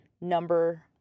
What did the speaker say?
number